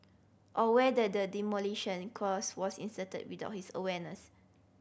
or whether the demolition clause was inserted without his awareness